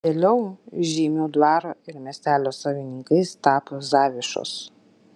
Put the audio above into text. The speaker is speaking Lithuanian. vėliau žeimių dvaro ir miestelio savininkais tapo zavišos